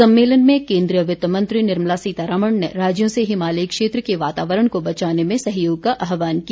सम्मेलन में केन्द्रीय वित्त मंत्री निर्मला सीतारमण ने राज्यों से हिमालयी क्षेत्र के वातावरण को बचाने में सहयोग का आहवान किया